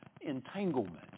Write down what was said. entanglement